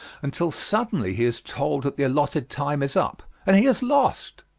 until suddenly he is told that the allotted time is up, and he has lost!